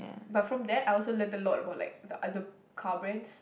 but from that I also learnt a lot about like the other car brands